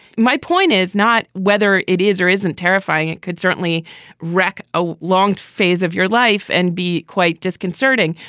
my point is not whether it is or isn't terrifying. it could certainly wreck a long phase of your life and be quite disconcerting.